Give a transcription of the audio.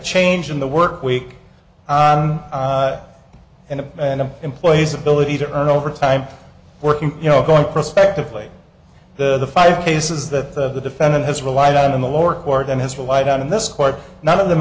change in the work week and an employee's ability to earn overtime working you know going prospectively the five cases that the defendant has relied on in the lower court and has relied on in this court none of them